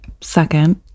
Second